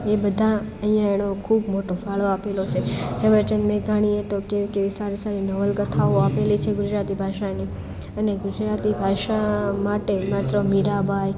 એ બધા અઈયાણો ખૂબ મોટો ફાળો આપેલો છે ઝવેરચંદ મેઘાણીએ તો કેવી કેવી સારી સારી નવલકથાઓ આપેલી છે ગુજરાતી ભાષાને અને ગુજરાતી ભાષા માટે માત્ર મીરાબાઈ